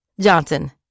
Johnson